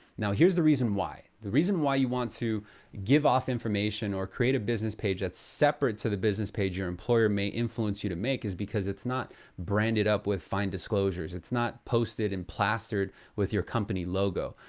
now, here's the reason why. the reason why you want to give off information or create a business page that's separate to the business page your employer may influence you to make, is because it's not branded up with fine disclosures. it's not posted and plastered with your company logo.